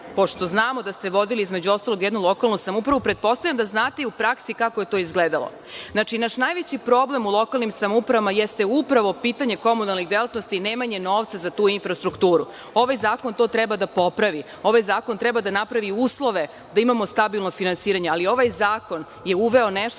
Pošto znamo da ste vodili jednu lokalnu samoupravu, pretpostavljam da znate kako je to u praksi izgledalo. Naš najveći problem u lokalnim samoupravama je upravo pitanje komunalnih delatnosti, nemanje novca za tu infrastrukturu. Ovaj zakon to treba da popravi. Ovaj zakon treba da napravi uslove da imamo stabilno finansiranje, ali ovaj zakon je uveo nešto